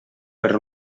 per